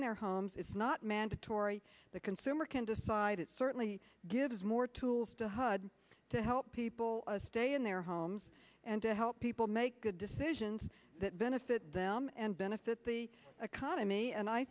in their homes it's not mandatory the consumer can decide it certainly gives more tools to hud to help people stay in their homes and to help people make good decisions that benefit them and benefit the economy and i